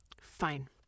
Fine